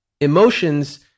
Emotions